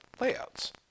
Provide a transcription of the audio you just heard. layouts